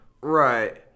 Right